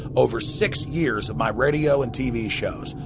over six years of my radio and tv shows.